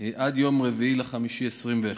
עד יום 4 במאי 2021,